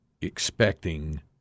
expecting